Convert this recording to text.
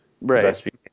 Right